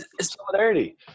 solidarity